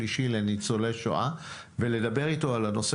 שלישי לניצולי שואה ולדבר איתו על הנושא